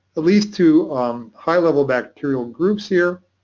ah least to high-level bacterial groups here.